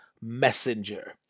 messenger